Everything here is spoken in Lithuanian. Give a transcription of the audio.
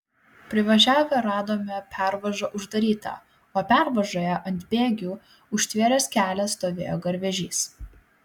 privažiavę radome pervažą uždarytą o pervažoje ant bėgių užtvėręs kelią stovėjo garvežys